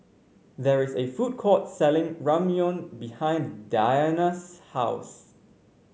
there is a food court selling Ramyeon behind Dania's house